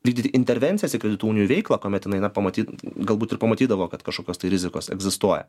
vykdyti intervencijas į kredito unijų veiklą kuomet jinai na pamatyt galbūt ir pamatydavo kad kažkokios tai rizikos egzistuoja